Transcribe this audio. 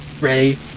Ray